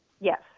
Yes